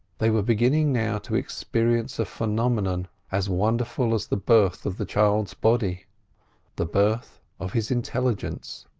they were beginning now to experience a phenomenon, as wonderful as the birth of the child's body the birth of his intelligence,